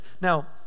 Now